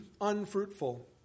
unfruitful